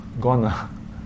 gone